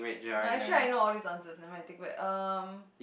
actually I know all these answer never mind I take back um